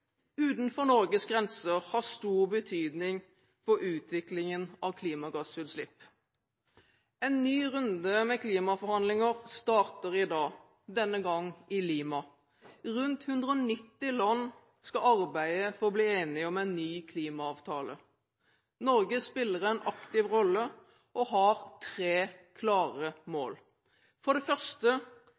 utenfor Norges grenser, har stor betydning for utviklingen av klimagassutslipp. En ny runde med klimaforhandlinger starter i dag. Denne gang i Lima. Rundt 190 land skal arbeide for å bli enige om en ny klimaavtale. Norge spiller en aktiv rolle og har tre klare mål. For det første: